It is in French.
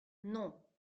non